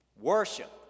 Worship